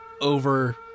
over